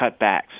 cutbacks